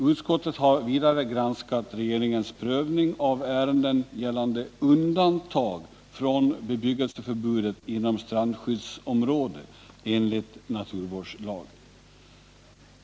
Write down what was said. Utskottet har vidare granskat regeringens prövning av ärenden som gällt undantag från bebyggelseförbudet inom strandskyddsområde enligt naturvårdslagen.